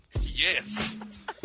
Yes